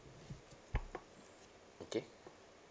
okay